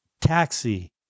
taxi